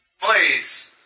Please